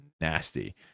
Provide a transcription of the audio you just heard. nasty